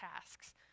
tasks